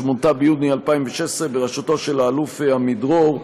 שמונתה ביוני 2016 בראשותו של האלוף עמידרור.